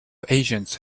asians